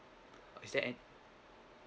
is there any